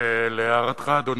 ולהערתך, אדוני,